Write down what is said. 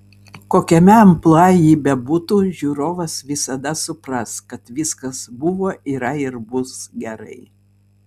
kokiame amplua ji bebūtų žiūrovas visada supras kad viskas buvo yra ir bus gerai